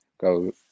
go